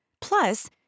Plus